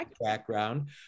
background